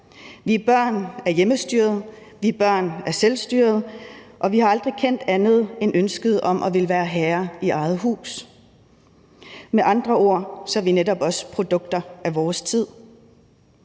er børn af hjemmestyret, vi er børn af selvstyret, og vi har aldrig kendt andet end ønsket om at ville være herre i eget hus. Med andre ord er vi netop også produkter af vores tid,